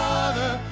Father